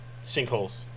sinkholes